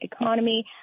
economy